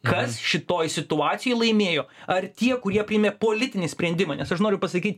kas šitoj situacijoj laimėjo ar tie kurie priėmė politinį sprendimą nes aš noriu pasakyt